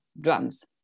drums